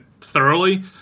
thoroughly